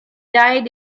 died